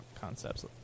concepts